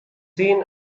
seen